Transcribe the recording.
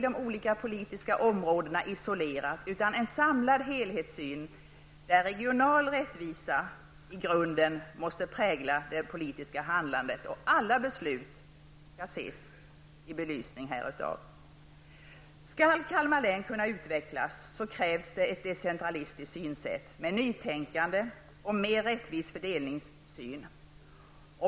De olika politiska områdena får inte ses isolerade, utan det behövs en samlad helhetssyn där regional rättvisa i grunden måste prägla det politiska handlandet. Alla beslut skall fattas i belysning härav. Om Kalmar län skall kunna utvecklas, krävs det ett decentralistiskt synsätt med nytänkande och mer rättvis fördelningssyn.